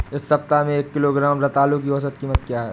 इस सप्ताह में एक किलोग्राम रतालू की औसत कीमत क्या है?